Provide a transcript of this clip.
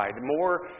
more